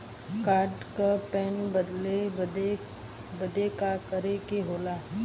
Card क pin बदले बदी का करे के होला?